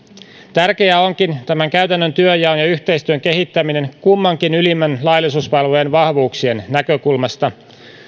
tärkeää onkin tämän käytännön työnjaon ja yhteistyön kehittäminen kummankin ylimmän laillisuusvalvojan vahvuuksien näkökulmasta